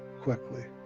quickly.